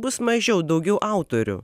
bus mažiau daugiau autorių